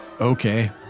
Okay